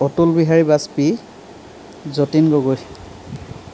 Atul Bihari Vajpayee Jatin Gogoi